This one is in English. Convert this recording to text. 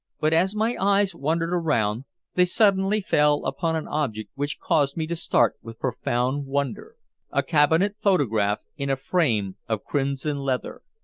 but as my eyes wandered around they suddenly fell upon an object which caused me to start with profound wonder a cabinet photograph in a frame of crimson leather.